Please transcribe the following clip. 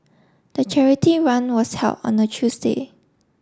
the charity run was held on a Tuesday